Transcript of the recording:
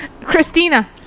Christina